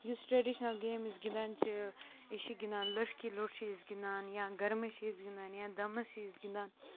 یُس traditional game أسۍ گِنٛدان چھِ أسۍ چھِ گِنٛدان لٔٹھۍ کی لۄٹھ چھِ أسۍ گِنٛدان یا گَرمَس چھِ أسۍ گِنٛدان یا دَمَس چھِ أسۍ گِنٛدان